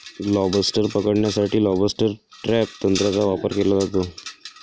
lobster पकडण्यासाठी lobster trap तंत्राचा वापर केला जातो